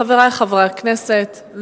חברי חברי הכנסת,